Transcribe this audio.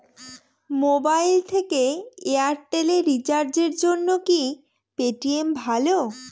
Mobile থেকে এয়ারটেল এ রিচার্জের জন্য কি পেটিএম ভালো?